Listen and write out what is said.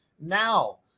now